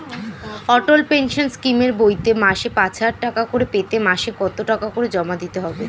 অটল pension স্কিমের বইতে মাসে পাঁচ হাজার টাকা করে পেতে মাসে কত টাকা করে জমা দিতে হবে?